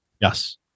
yes